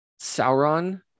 Sauron